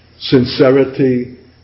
sincerity